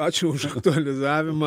ačiū už aktualizavimą